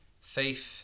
Faith